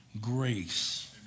grace